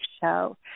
show